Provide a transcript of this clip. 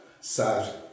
sad